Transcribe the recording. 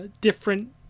different